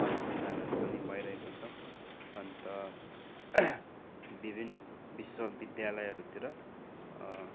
अनुसन्धानहरू पनि भइरहेको छ अन्त विभिन्न विश्वविद्यालयहरूतिर